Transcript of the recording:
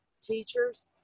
teachers